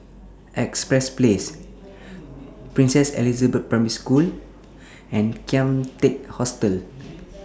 Empress Place Princess Elizabeth Primary School and Kian Teck Hostel